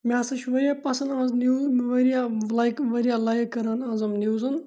مےٚ ہَسا چھُ واریاہ پَسَنٛد اَہن حظ نِوز مےٚ واریاہ لایک واریاہ لایِک کَران اَہن حظ یِم نِوزَن